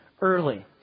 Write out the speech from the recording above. early